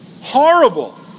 Horrible